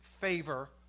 favor